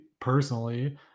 personally